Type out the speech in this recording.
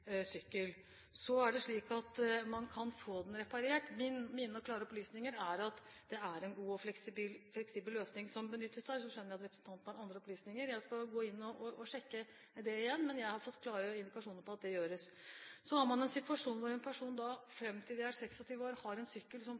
sykkel, men man kan få den reparert. Mine klare opplysninger er at det er en god og fleksibel løsning som benyttes, men jeg skjønner at representanten har andre opplysninger. Jeg skal sjekke det igjen, men jeg har fått klare indikasjoner på at det gjøres. Så har man en situasjon hvor en person fram til han er 26 år, har en sykkel som